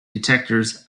detectors